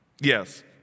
Yes